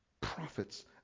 prophets